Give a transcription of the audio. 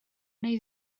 neu